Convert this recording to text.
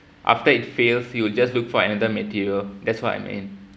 after it fails you will just look for another material that's what I meant